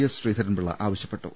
S Sreedharan Pillai ആവശ്യപ്പെട്ടു